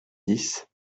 dix